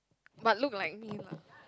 but look like me lah